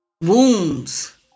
wounds